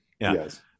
Yes